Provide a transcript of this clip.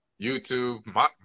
YouTube